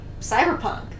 cyberpunk